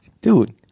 Dude